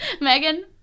Megan